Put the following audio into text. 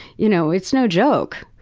you know, it's no joke.